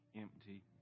empty